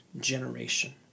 generation